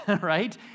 right